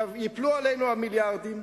ייפלו עלינו המיליארדים,